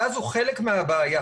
הגז הוא חלק מהבעיה.